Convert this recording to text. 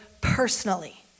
personally